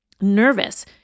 nervous